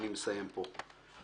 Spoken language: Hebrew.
אני מסיים פה.